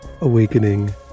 awakening